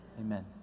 Amen